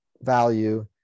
value